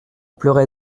pleurait